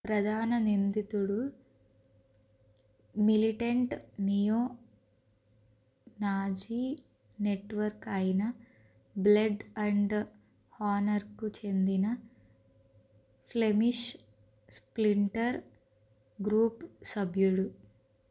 ప్రధాన నిందితుడు militant neo nazi network అయిన బ్లడ్ అండ్ హానర్కు చెందిన ఫ్లెమిష్ స్ప్లింటర్ గ్రూపు సభ్యులు